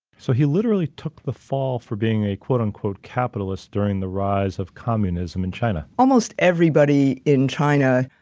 so, he literally took the fall for being a quote unquote capitalist during the rise of communism in china. almost everybody in china,